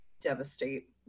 devastate